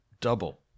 double